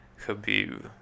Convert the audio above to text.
Khabib